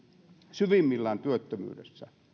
syvimmillään työttömyydessä